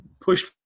pushed